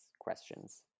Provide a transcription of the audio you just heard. questions